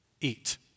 eat